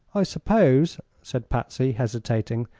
i suppose, said patsy, hesitating,